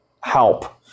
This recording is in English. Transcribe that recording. help